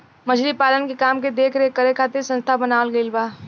मछली पालन के काम के देख रेख करे खातिर संस्था बनावल गईल बा